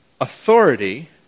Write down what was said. authority